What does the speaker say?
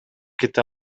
кете